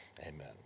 amen